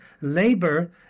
labor